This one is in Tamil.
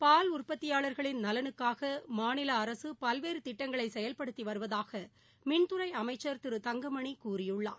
பால் உற்பத்தியாளா்களின் நலனுக்காக மரிநல அரசு பல்வேறு திட்ங்களை செயல்படுத்தி வருவதாக மின்துறை அமைச்சர் திரு தங்கமணி கூறியுள்ளார்